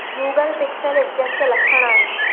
Google Pixel इत्यस्य लक्षणानि